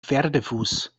pferdefuß